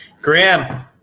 Graham